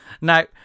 now